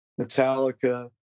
Metallica